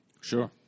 Sure